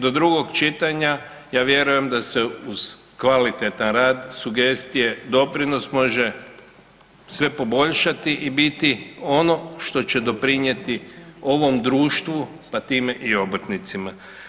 Do drugog čitanja, ja vjerujem da se uz kvalitetan rad, sugestije, doprinos može sve poboljšati i biti ono što će doprinijeti ovom društvu, pa time i obrtnicima.